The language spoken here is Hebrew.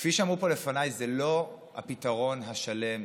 כפי שאמרו פה לפניי: זה לא הפתרון השלם,